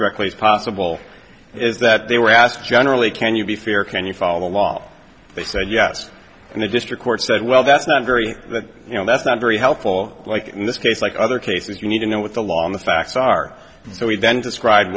directly is possible is that they were asked generally can you be fair can you follow the law they said yes and the district court said well that's not very you know that's not very helpful like in this case like other cases you need to know what the law on the facts are so he then described